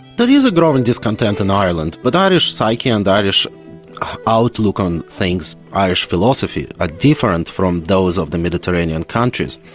but is a growing discontent in ireland, but irish psyche and irish outlook on things, irish philosophy, are different from those of the mediterranean countries.